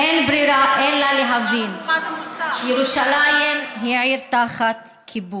אין ברירה אלא להבין שירושלים היא עיר תחת כיבוש,